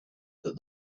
that